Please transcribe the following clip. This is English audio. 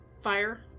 fire